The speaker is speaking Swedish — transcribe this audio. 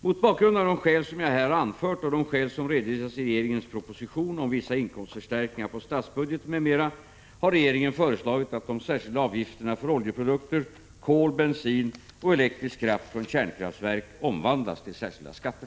Mot bakgrund av de skäl som jag här har anfört och de skäl som redovisas i regeringens proposition 1985/86:140 om vissa inkomstförstärkningar på statsbudgeten, m.m. har regeringen föreslagit att de särskilda avgifterna för oljeprodukter, kol, bensin och elektrisk kraft från kärnkraftverk omvandlas till särskilda skatter.